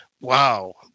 wow